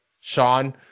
Sean